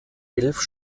elf